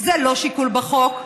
זה לא שיקול בחוק.